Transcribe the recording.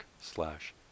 slash